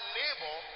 neighbor